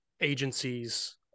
agencies